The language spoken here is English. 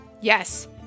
Yes